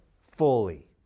fully